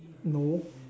no